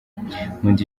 nkunda